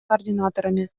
координаторами